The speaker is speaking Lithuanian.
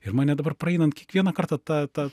ir mane dabar praeinant kiekvieną kartą ta ta